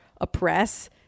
oppress